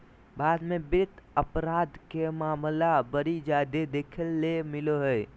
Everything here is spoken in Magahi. भारत मे वित्त अपराध के मामला बड़ी जादे देखे ले मिलो हय